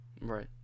Right